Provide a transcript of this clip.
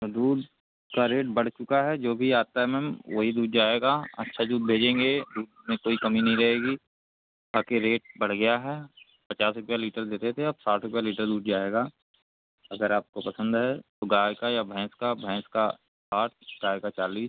तो दूध का रेट बढ़ चुका है जो भी आता है मैम वही दूध जाएगा अच्छा दूध भेजेंगे दूध में कोई कमी नहीं रहेगी बाकी रेट बढ़ गया है पचास रुपया लीटर देते थे अब साठ रुपया लीटर दूध जाएगा अगर आपको पसंद है तो गाय का या भैंस का भैंस का साठ गाय का चालीस